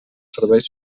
serveis